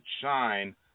shine